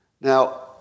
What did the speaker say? Now